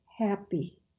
happy